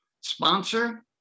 sponsor